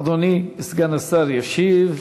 אדוני סגן השר ישיב.